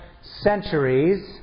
centuries